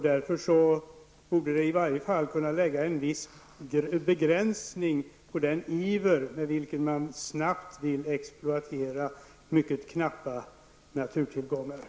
Därför borde det kunna innebära en viss begränsning av den iver med vilken man snabbt vill exploatera de mycket knappa naturtillgångarna.